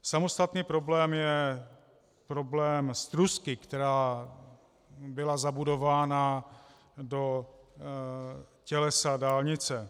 Samostatný problém je problém strusky, která byla zabudována do tělesa dálnice.